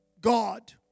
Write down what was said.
God